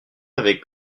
avec